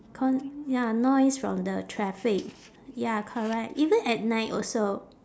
con~ ya noise from the traffic ya correct even at night also